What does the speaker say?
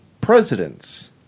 presidents